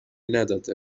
نداده